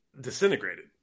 disintegrated